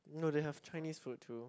no they have Chinese food too